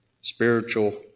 spiritual